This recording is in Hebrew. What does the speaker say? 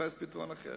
נחפש פתרון אחר.